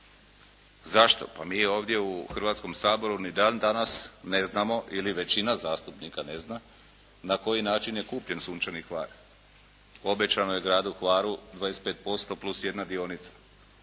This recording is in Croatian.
Zašto? Pa mi ovdje u Hrvatskom saboru ni dan danas ne znamo ili većina zastupnika ne zna, na koji način je kupljen "Sunčani Hvar". Obećano je gradu Hvaru 25% plus jedna dionica,